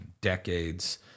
decades